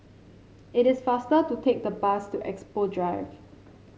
it is faster to take the bus to Expo Drive